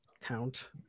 count